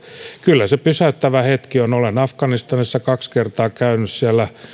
kyllä se pysäyttävä hetki on olen afganistanissa kaksi kertaa käynyt siellä